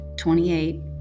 28